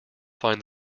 find